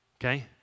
okay